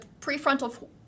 prefrontal